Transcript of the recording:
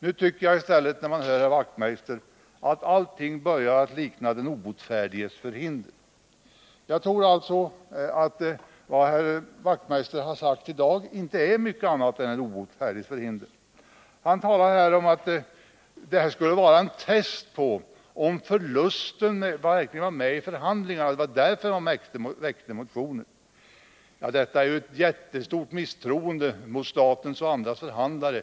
När jag hört Knut Wachtmeister tycker jag att allting börjar likna den obotfärdiges förhinder. Jag tror alltså att vad Knut Wachtmeister har sagt i dag inte är mycket annat än den obotfärdiges förhinder. Han sade att det skulle vara en test på om förlusten verkligen var med i förhandlingarna. Det var därför de väckte motionen. Detta är ju ett jättestort misstroende mot statens och andras förhandlare.